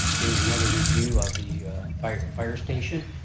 doing another review of the fire fire station,